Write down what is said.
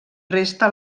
resta